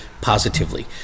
positively